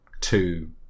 Two